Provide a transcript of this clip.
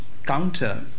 Counter